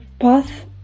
path